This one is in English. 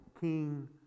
King